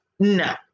No